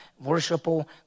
worshipful